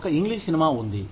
ఒక English cinema ఉంది